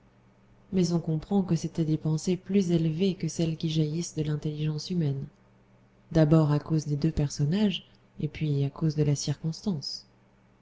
mais on comprend que c'étaient des pensées plus élevées que celles qui jaillissent de l'intelligence humaine d'abord à cause des deux personnages et puis à cause de la circonstance